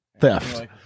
theft